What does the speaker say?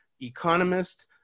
economist